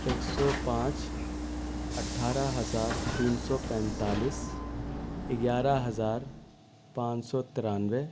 ایک سو پانچ اٹھارہ ہزار تین سو پینتالس اگیارہ ہزار پانچ سو ترانوے